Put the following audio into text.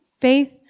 faith